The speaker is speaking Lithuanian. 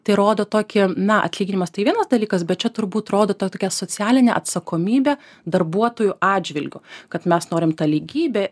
tai rodo tokį na atlyginimas tai vienas dalykas bet čia turbūt rodo tą tokią socialinę atsakomybę darbuotojų atžvilgiu kad mes norim tą lygybę